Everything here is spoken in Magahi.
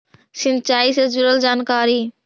सिंचाई से जुड़ल जानकारी?